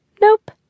Nope